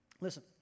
Listen